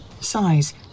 size